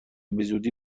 بزودی